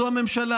זו הממשלה,